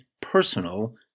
personal